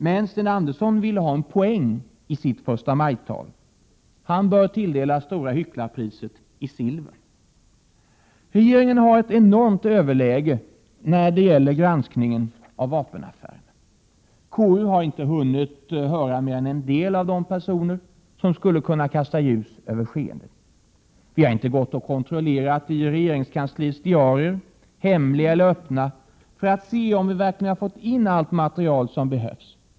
Men Sten Andersson ville ha en poäng i sitt förstamajtal. Han bör tilldelas stora hycklarpriset i silver. Regeringen har ett enormt överläge när det gäller granskningen av vapenaffärerna. KU har inte hunnit höra mer än en del av de personer som skulle kunna kasta ljus över skeendet. Vi har inte kontrollerat i regeringskansliets diarier, hemliga eller öppna, för att se om vi verkligen har fått in allt material som behövs.